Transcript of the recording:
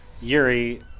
Yuri